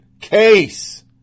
case